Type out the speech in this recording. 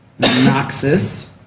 Noxus